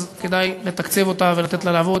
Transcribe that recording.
כדאי לתקצב אותה ולתת לה לעבוד,